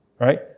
right